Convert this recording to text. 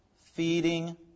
feeding